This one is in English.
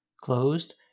closed